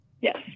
yes